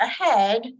ahead